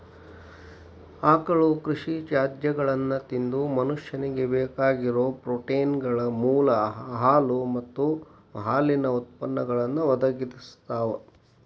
ಆಕಳುಗಳು ಕೃಷಿ ತ್ಯಾಜ್ಯಗಳನ್ನ ತಿಂದು ಮನುಷ್ಯನಿಗೆ ಬೇಕಾಗಿರೋ ಪ್ರೋಟೇನ್ಗಳ ಮೂಲ ಹಾಲು ಮತ್ತ ಹಾಲಿನ ಉತ್ಪನ್ನಗಳನ್ನು ಒದಗಿಸ್ತಾವ